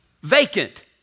vacant